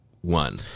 one